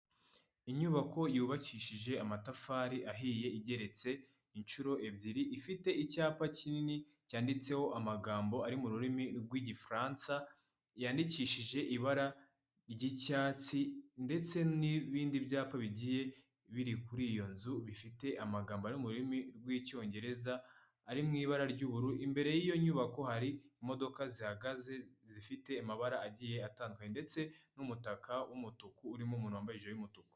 Inyubako yubakishije amatafari ahiye igeretse inshuro ebyiri ifite icyapa kinini cyanditseho amagambo ari mu rurimi rw'igifaransa yandikishije ibara ry'icyatsi ndetse n'ibindi byapa bigiye biri kuri iyo nzu bifite amagambo ari mu rurimi rw'icyongereza ari mu ibara ry'ubururu imbere y'iyo nyubako hari imodoka zihagaze zifite amabara agiye atandukanye ndetse n'umutaka w’umutuku urimo umuntu wambaye ijire y'umutuku.